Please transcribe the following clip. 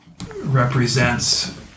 represents